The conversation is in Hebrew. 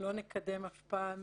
שלא נקדם אף פעם